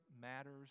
matters